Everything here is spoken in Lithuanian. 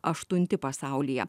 aštunti pasaulyje